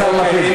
השר לפיד.